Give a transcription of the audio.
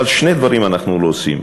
אבל, שני דברים אנחנו לא עושים.